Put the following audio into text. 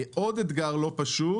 עוד אתגר לא פשוט,